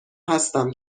هستم